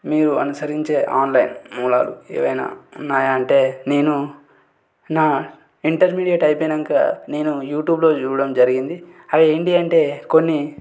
మీరు అనుసరించే ఆన్లైన్ మూలాలు ఏవైనా ఉన్నాయా అంటే నేను నా ఇంటర్మీడియట్ అయిపోయినాక నేను యూట్యూబ్లో చూడడం జరిగింది అవి ఏంటి అంటే కొన్ని